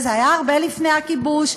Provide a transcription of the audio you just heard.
וזה היה הרבה לפני הכיבוש.